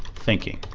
thinking.